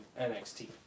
NXT